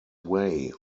way